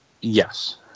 yes